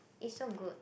is so good